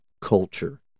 culture